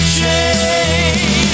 change